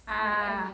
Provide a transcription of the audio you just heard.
ah